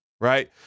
right